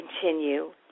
continue